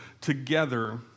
together